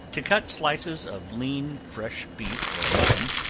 to cut slices of lean fresh beef or mutton,